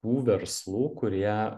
tų verslų kurie